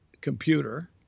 computer